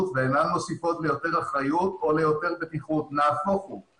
ואינן מוסיפות ליותר בטיחות או אחריות - נהפוך הוא.